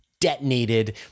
detonated